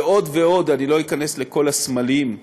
ועוד ועוד, אני לא אכנס לכל הסמלים,